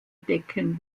decken